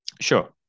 Sure